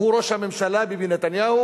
והוא ראש הממשלה ביבי נתניהו,